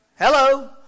Hello